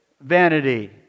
vanity